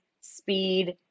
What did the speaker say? speed